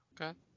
okay